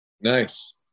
Nice